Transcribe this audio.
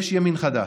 יש ימין חדש.